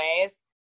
ways